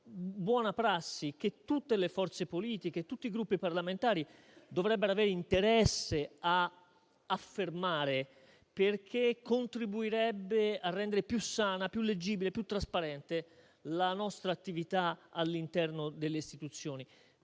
buona prassi che tutte le forze politiche e tutti i Gruppi parlamentari dovrebbero avere interesse ad affermare perché contribuirebbe a rendere più sana, leggibile e trasparente la nostra attività all'interno delle istituzioni.